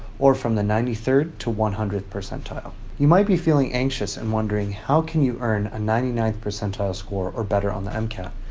or from the ninety third to one hundredth percentile. you might be feeling anxious and wondering how can you earn a ninety ninth percentile score or better on the um mcat?